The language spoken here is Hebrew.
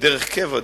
בדרך קבע,